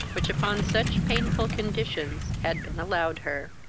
which upon such painful conditions had been allowed her.